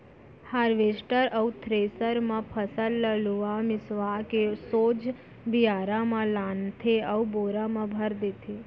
harvester अउ thresher म फसल ल लुवा मिसवा के सोझ बियारा म लानथे अउ बोरा म भर देथे